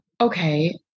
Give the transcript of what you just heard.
okay